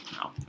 No